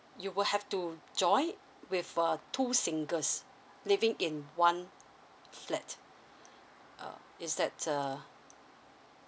you will have to join with uh two singles living in one flat uh is that uh